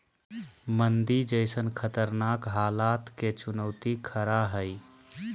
मंदी जैसन खतरनाक हलात के चुनौती खरा हइ